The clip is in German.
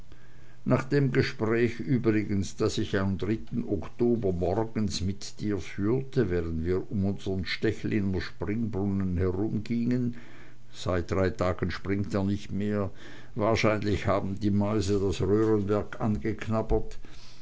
nach dem gespräch übrigens das ich am oktober morgens mit dir führte während wir um unsern stechliner springbrunnen herumgingen seit drei tagen springt er nicht mehr wahrscheinlich werden die mäuse das röhrenwerk angeknabbert